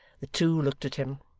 the two looked at him,